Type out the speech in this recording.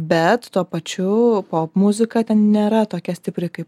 bet tuo pačiu popmuzika ten nėra tokia stipri kaip